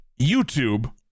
YouTube